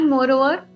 Moreover